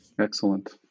Excellent